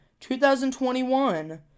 2021